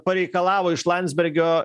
pareikalavo iš landsbergio